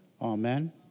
Amen